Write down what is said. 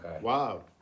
Wow